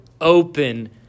open